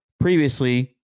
Previously